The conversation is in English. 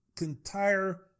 entire